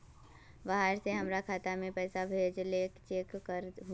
बाहर से हमरा खाता में पैसा भेजलके चेक कर दहु?